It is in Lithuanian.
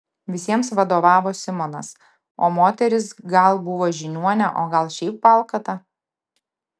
visiems vadovavo simonas o moteris gal buvo žiniuonė o gal šiaip valkata